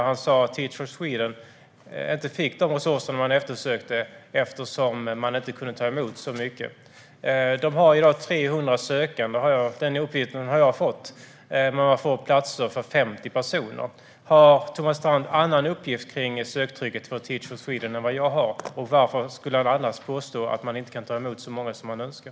Han sa att Teach for Sweden inte fick de resurser de eftersökte eftersom de inte kunde ta emot så många. De har i dag 300 sökande, enligt den uppgift jag har fått. Men de får platser för 50 personer. Har Thomas Strand en annan uppgift om söktrycket på Teach for Sweden än vad jag har? Och varför, skulle han annars påstå, kan de inte ta emot så många som de önskar?